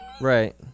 Right